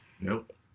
Nope